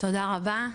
תודה רבה.